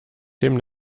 dem